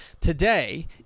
Today